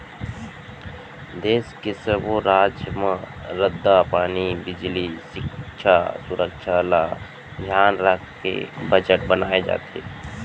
देस के सब्बो राज म रद्दा, पानी, बिजली, सिक्छा, सुरक्छा ल धियान राखके बजट बनाए जाथे